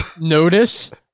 Notice